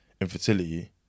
infertility